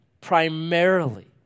primarily